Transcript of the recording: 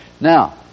Now